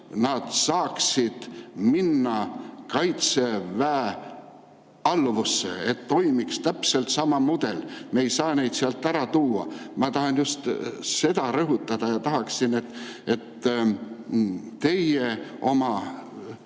nad saaksid minna Kaitseväe alluvusse, et toimiks täpselt sama mudel. Me ei saa neid sealt ära tuua. Ma tahan just seda rõhutada ja tahaksin, et teie oma